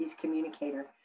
communicator